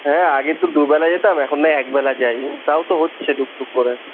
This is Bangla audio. হ্যাঁ আগে তো দু বেলা যেতাম এখন নাহয় এক বেলা যাই তাও তো হচ্ছে টুকটুক করে